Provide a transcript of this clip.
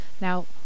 Now